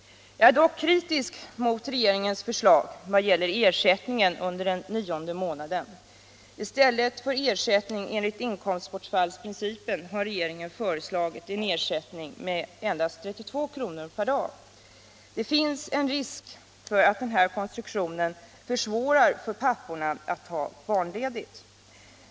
Jag är dock kritisk mot regeringens förslag vad gäller ersättningen under den nionde månaden. I stället för ersättning enligt inkomstbortfallsprin — Nr 133 cipen har regeringen föreslagit en ersättning med endast 32 kr. per dag. Tisdagen den Det finns risk för att denna konstruktion försvårar för papporna att ta 17 maj 1977 barnledigt.